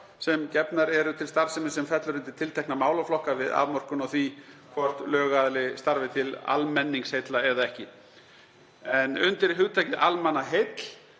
sem gefnar eru til starfsemi sem fellur undir tiltekna málaflokka við afmörkun á því hvort lögaðili starfi til almenningsheilla eða ekki. Undir hugtakið „almannaheill“